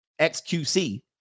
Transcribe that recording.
XQC